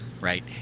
right